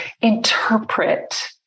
interpret